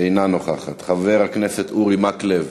אינה נוכחת, חבר הכנסת אורי מקלב,